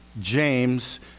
James